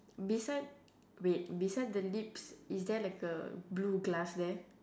beside wait beside the lips is there like a blue glass there